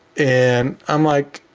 and i'm like,